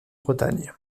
bretagne